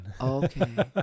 okay